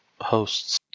hosts